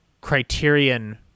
criterion